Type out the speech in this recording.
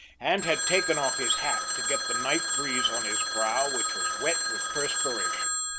and had taken off his hat to get the night breeze on his brow which was wet with perspiration.